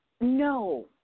No